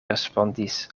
respondis